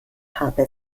habe